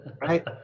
right